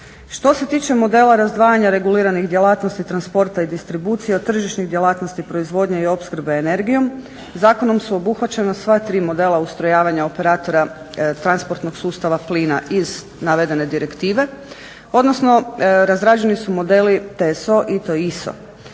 Što se tiče modela razdvajanja reguliranih djelatnosti transporta i distribucije od tržišnih djelatnosti proizvodnje i opskrbe energijom zakonom su obuhvaćena sva 3 modela ustrojavanja operatora transportnog sustava plina iz navedene direktive, odnosno razrađeni su modeli TSO ITO.